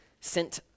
sent